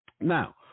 Now